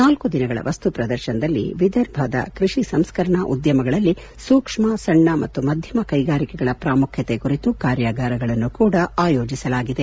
ನಾಲ್ಕುದಿನಗಳ ವಸ್ತು ಪ್ರದಶನದಲ್ಲಿ ವಿದರ್ಭದ ಕೃಷಿ ಸಂಸ್ಕರಣಾ ಉದ್ಯಮಗಳಲ್ಲಿ ಸೂಕ್ಷ್ಮ ಸಣ್ಣ ಮತ್ತು ಮಧ್ಯಮ ಕೈಗಾರಿಕೆಗಳ ಪ್ರಾಮುಖ್ಯತೆ ಕುರಿತು ಕಾರ್ಯಾಗಾರಗಳನ್ನು ಕೂಡಾ ಆಯೋಜಿಸಲಾಗಿದೆ